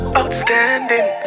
outstanding